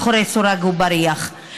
אחריו, חבר הכנסת נחמן שי.